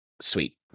Sweet